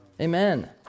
Amen